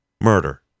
murder